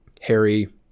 Harry